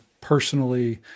personally